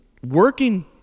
working